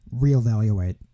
reevaluate